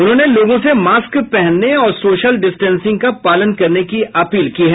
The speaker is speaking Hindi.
उन्होंने लोगों से मास्क पहनने और सोशल डिस्टेंसिंग का पालन करने की अपील की है